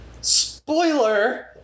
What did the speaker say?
Spoiler